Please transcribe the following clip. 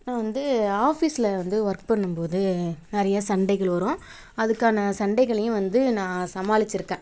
நான் வந்து ஆஃபீஸ்ல வந்து ஒர்க் பண்ணும் போது நிறைய சண்டைகள் வரும் அதுக்கான சண்டைகளையும் வந்து நான் சமாளிச்சிருக்கேன்